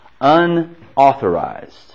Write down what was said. unauthorized